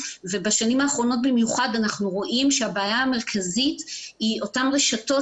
ובשנים האחרונות במיוחד אנחנו רואים שהבעיה המרכזית היא אותן רשתות